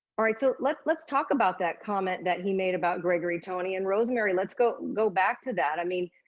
all right, so let's let's talk about that comment that he made about gregory tony, and rosemary, let's go and go back to that. i mean,